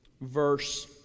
verse